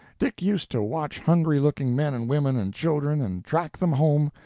dick used to watch hungry-looking men and women and children, and track them home,